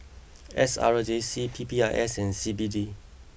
S R J C P P I S and C B D